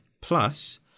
plus